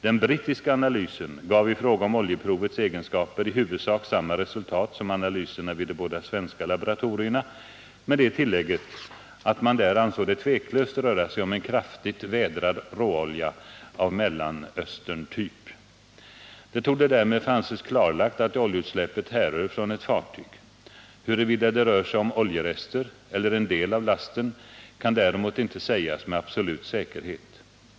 Den brittiska analysen gav i fråga om oljeprovets egenskaper i huvudsak samma resultat som analyserna vid de båda svenska laboratorierna, med det tillägget att man där ansåg att det utan tvivel rör sig om en kraftigt vädrad råolja av Mellanösterntyp. Det torde därmed få anses klarlagt att oljeutsläppet härrör från ett fartyg. Huruvida det rör sig om oljerester eller en del av lasten kan däremot inte sägas med absolut säkerhet.